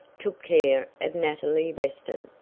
took care of nathalie weston,